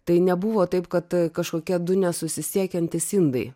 tai nebuvo taip kad kažkokie du nesusisiekiantys indai